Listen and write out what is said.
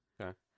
Okay